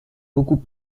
beaucoup